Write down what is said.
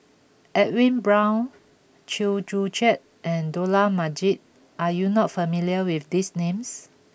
Edwin Brown Chew Joo Chiat and Dollah Majid are you not familiar with these names